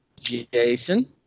Jason